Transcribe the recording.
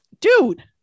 dude